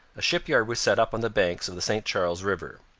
a shipyard was set up on the banks of the st charles river.